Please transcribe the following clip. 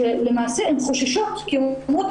שלמעשה הן חוששות כי הן אומרות,